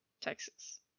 Texas